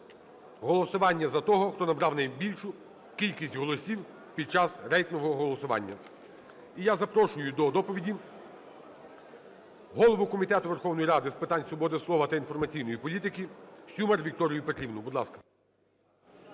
голосування за того, хто набрав найбільшу кількість голосів під час рейтингового голосування. І я запрошую до доповіді голову Комітету Верховної Ради з питань свободи слова та інформаційної політики Сюмар Вікторію Петрівну. Будь ласка.